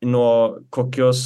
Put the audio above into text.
nuo kokios